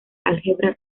álgebra